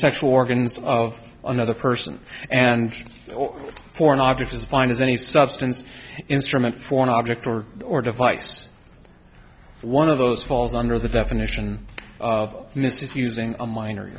sexual organs of another person and or pornography is fine as any substance instrument for an object or or device one of those falls under the definition of misusing a minor are